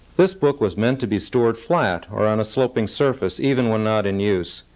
this book was meant to be stored flat or on a sloping surface, even when not in use.